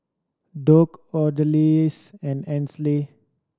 Dock Odalis and Ainsley